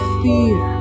fear